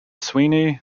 sweeney